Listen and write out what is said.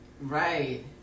Right